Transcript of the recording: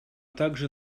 также